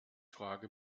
frage